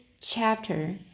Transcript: chapter